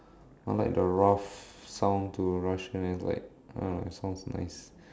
I like the rough sound to Russian it's like I don't know it sounds nice